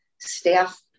staff